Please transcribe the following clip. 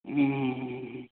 ହଁ ହଁ ହଁ